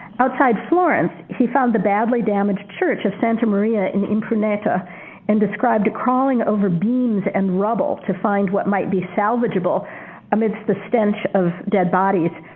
outside florence, he found the badly damaged church of santa maria in impruneta and described it crawling over beams and rubble to find what might be salvageable amidst the stench of dead bodies.